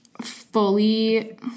fully